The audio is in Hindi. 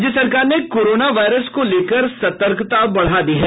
राज्य सरकार ने कोरोना वायरस को लेकर सतर्कता बढ़ा दी है